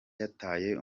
yataye